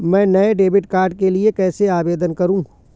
मैं नए debit card के लिए कैसे आवेदन करूं?